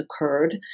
occurred